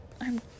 I'm